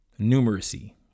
numeracy